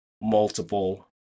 multiple